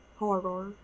horror